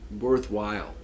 worthwhile